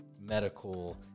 medical